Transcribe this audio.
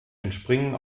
entspringen